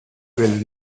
will